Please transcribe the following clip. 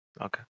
Okay